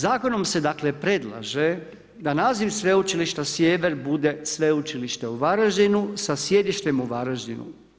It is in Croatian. Zakonom se dakle, predlaže da naziv Sveučilište Sjever bude Sveučilište u Varaždinu, sa sjedištem u Varaždinu.